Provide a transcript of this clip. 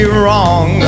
wrong